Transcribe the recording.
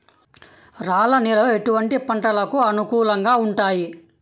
రాళ్ల నేలలు ఎటువంటి పంటలకు అనుకూలంగా ఉంటాయి?